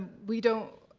we don't,